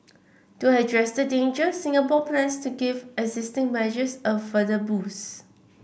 to address the danger Singapore plans to give existing measures a further boost